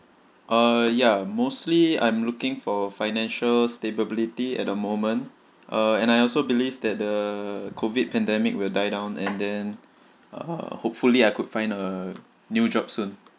uh ya mostly I'm looking for financial stability at the moment uh and I also believe that the COVID pandemic will die down and then uh hopefully I could find a new job soon